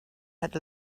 had